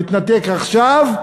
מתנתק עכשיו,